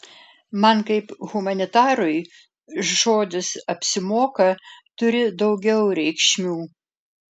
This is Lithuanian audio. man kaip humanitarui žodis apsimoka turi daugiau reikšmių